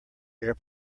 air